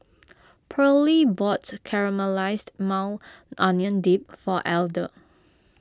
Pearlie bought Caramelized Maui Onion Dip for Elder